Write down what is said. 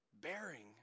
bearing